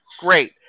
Great